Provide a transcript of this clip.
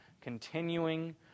continuing